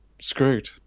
screwed